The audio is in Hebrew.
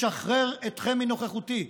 משחרר אתכם מנוכחותי.